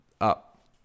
up